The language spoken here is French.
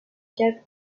cave